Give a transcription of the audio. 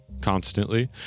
constantly